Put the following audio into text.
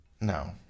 No